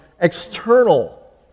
external